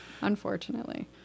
unfortunately